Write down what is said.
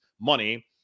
money